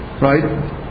right